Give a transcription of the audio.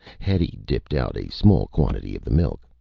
hetty dipped out a small quantity of the milk,